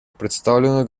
представленную